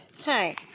Hi